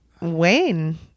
Wayne